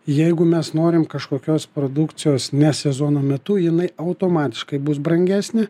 jeigu mes norim kažkokios produkcijos ne sezono metu jinai automatiškai bus brangesnė